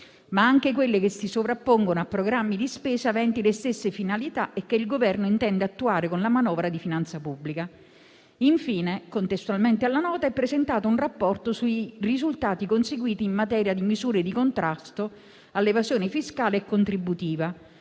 ma anche quelle che si sovrappongono a programmi di spesa aventi le stesse finalità e che il Governo intende attuare con la manovra di finanza pubblica. Infine, contestualmente alla Nota, è presentato un rapporto sui risultati conseguiti in materia di misure di contrasto all'evasione fiscale e contributiva,